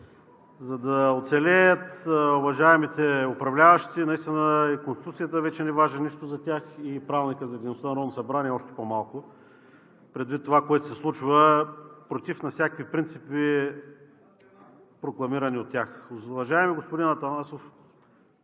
За да оцелеят уважаемите управляващи, наистина и Конституцията вече не важи нищо за тях, и Правилникът за дейността на Народното събрание още по-малко, предвид това което се случва против на всякакви принципи, прокламирани от тях. Уважаеми господин Атанасов,